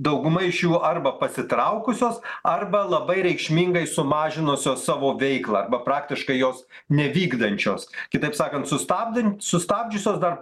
dauguma iš jų arba pasitraukusios arba labai reikšmingai sumažinusios savo veiklą arba praktiškai jos nevykdančios kitaip sakant sustabdant sustabdžiusios dar